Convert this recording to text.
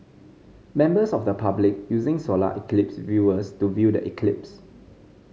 members of the public using solar eclipse viewers to view the eclipse